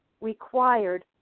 required